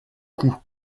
coûts